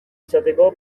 izateko